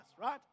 right